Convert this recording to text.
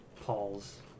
Paul's